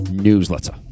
newsletter